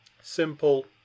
Simple